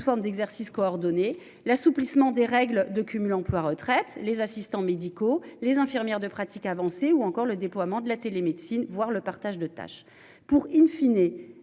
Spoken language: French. forme d'exercice coordonné l'assouplissement des règles de cumul emploi-retraite les assistants médicaux, les infirmières de pratique avancée ou encore le déploiement de la télémédecine, voir le partage de tâches pour in fine